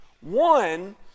one